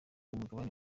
umugabane